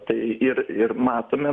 tai ir ir matome